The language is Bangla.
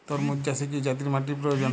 তরমুজ চাষে কি জাতীয় মাটির প্রয়োজন?